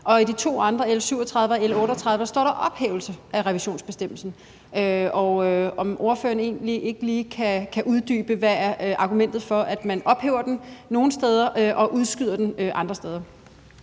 og i de to andre, altså 37 og L 38, står der ophævelse af revisionsbestemmelsen. Kan ordføreren ikke lige uddybe, hvad argumentet er for, at man ophæver den nogle steder og udskyder den andre steder?